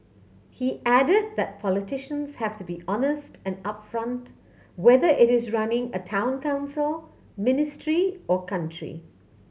he added that politicians have to be honest and upfront whether it is running a Town Council ministry or country